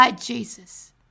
Jesus